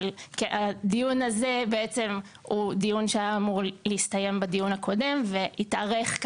אבל הדיון הזה היה אמור להסתיים בדיון הקודם והתארך,